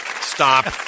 Stop